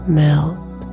melt